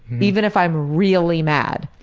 even if i'm really mad.